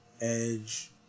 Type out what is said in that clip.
Edge